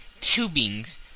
Tubing's